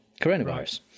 coronavirus